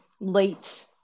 late